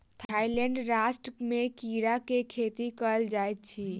Thailand राष्ट्र में कीड़ा के खेती कयल जाइत अछि